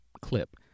clip